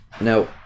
Now